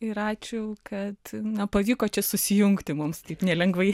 ir ačiū kad na pavyko čia susijungti mums taip nelengvai